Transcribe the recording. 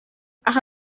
aha